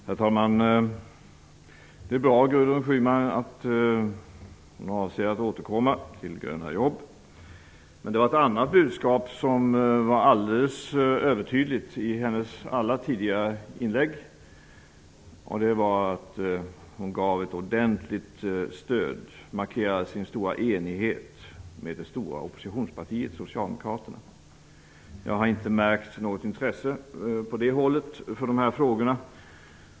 Herr talman! Det är bra att Gudrun Schyman avser att återkomma till frågan om ''gröna'' jobb. Men det var ett annat budskap som var alldeles övertydligt i hennes alla tidigare inlägg, nämligen att hon gav ett ordentligt stöd till och markerade sin stora enighet med det stora oppositionspartiet, Socialdemokraterna. Men jag har inte märkt något intresse från socialdemokratiskt håll för dessa frågor.